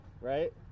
right